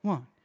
One